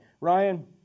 Ryan